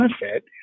benefit